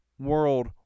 World